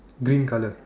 green colour